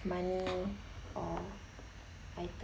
money uh